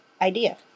idea